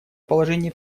положении